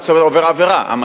הוא עובר עבירה, עובר עבירה.